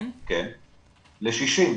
ל-60.